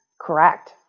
Correct